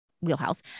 wheelhouse